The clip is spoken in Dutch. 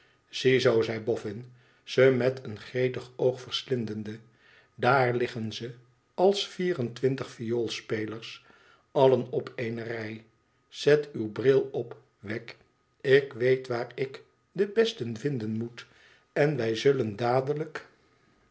ziezoo zeiboffin ze met een gretig oog verslindende daar liggen ze als vier en twintig vioolspelers adlen op eene rij zet uw bril op wegg ik weet waar ik de beste vinden moet en wij zullen dadelijk